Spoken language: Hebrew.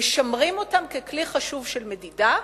משמרים אותן ככלי חשוב של מדידה,